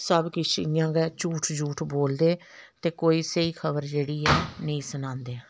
सब्भ किश इ'यां गै झूठ जूठ बोलदे ते कोई स्हेई खबर जेह्ड़ी ऐ नेईं सनांदे